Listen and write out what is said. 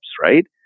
right